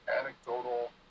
anecdotal